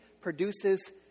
produces